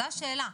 זו השאלה.